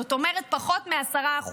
זאת אומרת פחות מ-10%,